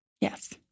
Yes